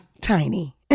Tiny